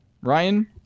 Ryan